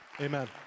Amen